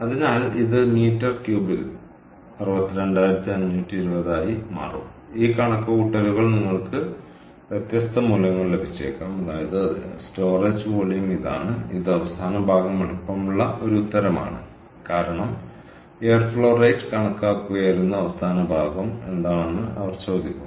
അതിനാൽ ഇത് മീറ്റർ ക്യൂബിൽ 62520 ആയി മാറും ഈ കണക്കുകൂട്ടലുകൾ നിങ്ങൾക്ക് വ്യത്യസ്ത മൂല്യങ്ങൾ ലഭിച്ചേക്കാം അതായത് അതിനാൽ സ്റ്റോറേജ് വോളിയം ഇതാണ് ഇത് അവസാന ഭാഗം എളുപ്പമുള്ള ഒരു ഉത്തരമാണ് കാരണം എയർ ഫ്ലോ റേറ്റ് കണക്കാക്കുകയായിരുന്നു അവസാന ഭാഗം എന്താണെന്ന് അവർ ചോദിക്കുന്നു